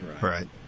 Right